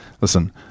Listen